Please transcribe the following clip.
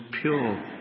pure